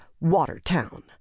Watertown